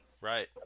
Right